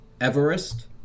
Everest